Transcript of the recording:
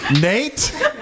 Nate